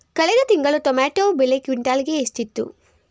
ಕಳೆದ ತಿಂಗಳು ಟೊಮ್ಯಾಟೋ ಬೆಲೆ ಕ್ವಿಂಟಾಲ್ ಗೆ ಎಷ್ಟಿತ್ತು?